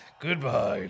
Goodbye